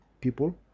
people